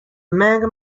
mega